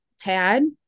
pad